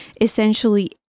essentially